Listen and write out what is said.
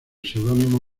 seudónimo